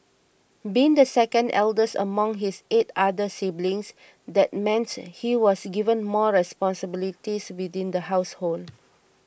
being the second eldest among his eight other siblings that meant he was given more responsibilities within the household